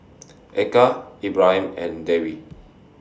Eka Ibrahim and Dewi